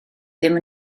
ddim